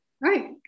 Right